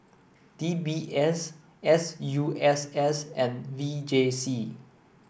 D B S S U S S and V J C